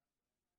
ארבעה ימים.